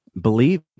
believe